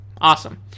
Awesome